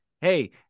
Hey